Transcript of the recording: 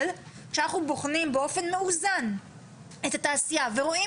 אבל כשאנחנו בוחנים באופן מאוזן את התעשייה ורואים